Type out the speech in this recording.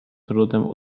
trudem